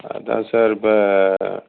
அதுதான் சார் இப்போ